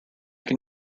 can